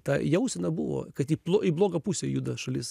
ta jausena buvo kad į į blogą pusę juda šalis